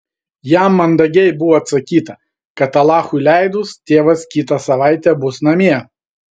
jam mandagiai buvo atsakyta kad alachui leidus tėvas kitą savaitę bus namie